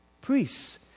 priests